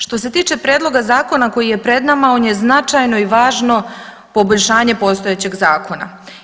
Što se tiče prijedloga zakona koji je pred nama on je značajno i važno poboljšanje postojećeg zakona.